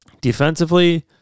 Defensively